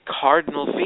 cardinal